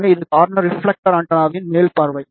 எனவே இது corner reflector ஆண்டெனாவின் மேல் பார்வை